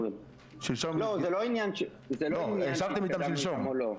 לא, זה שהקדמנו או לא.